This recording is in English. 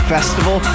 Festival